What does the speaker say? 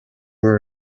were